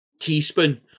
teaspoon